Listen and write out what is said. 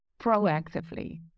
proactively